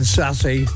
sassy